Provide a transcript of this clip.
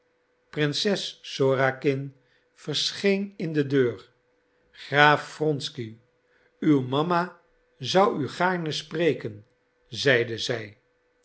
prinses sorakin verscheen in de deur graaf wronsky uw mama zou u gaarne spreken zeide zij